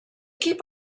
keep